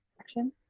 action